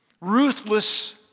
ruthless